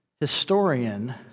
historian